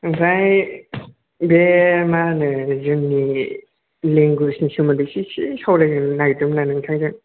ओमफ्राय बे मा होनो जोंनि लेंगुवेजनि सोमोन्दैसो एसे सावरायनो नागिरदोंमोन आं नोंथांजों